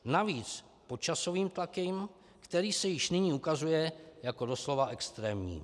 Navíc pod časovým tlakem, který se již nyní ukazuje jako doslova extrémní.